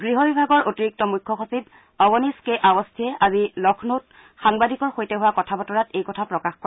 গৃহ বিভাগৰ অতিৰিক্ত মুখ্য সচিব অৱনীশ কে আৱস্থিয়ে আজি লক্ষ্ণৌত সাংবাদিকৰ সৈতে হোৱা কথা বতৰাত এই কথা প্ৰকাশ কৰে